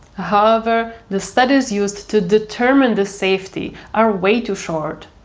however, the studies used to determine this safety are way too short.